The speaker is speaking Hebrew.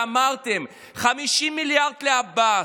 אמרתם: 50 מיליארד לעבאס,